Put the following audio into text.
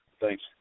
Thanks